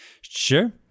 sure